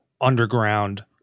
underground